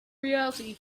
reality